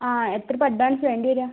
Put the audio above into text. ആ എത്ര ഇപ്പം അഡ്വാൻസ് വേണ്ടി വരിക